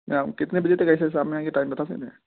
میں آپ کو کتنے بجے تک ایسے شام میں آئیں گے ٹائم بتا سکتے ہیں